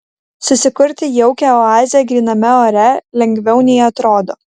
susikurti jaukią oazę gryname ore lengviau nei atrodo